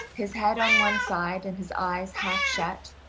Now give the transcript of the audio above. his head on one side, and his eyes half shut.